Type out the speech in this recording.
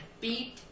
beat